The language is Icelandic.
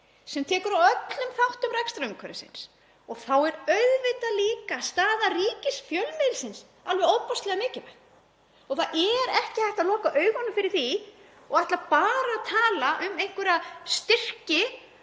sem tekur á öllum þáttum rekstrarumhverfisins. Þá er auðvitað líka staða ríkisfjölmiðilsins alveg ofboðslega mikilvæg. Það er ekki hægt að loka augunum fyrir því og ætla bara að tala um einhverja styrki